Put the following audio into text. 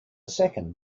second